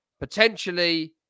potentially